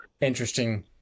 interesting